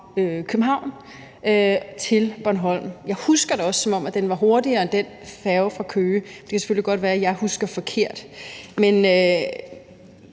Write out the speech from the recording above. København til Bornholm, og jeg husker det også, som om den var hurtigere end den færge fra Køge, men det kan selvfølgelig godt være, at jeg husker forkert. Men